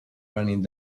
running